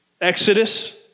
Exodus